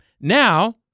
Now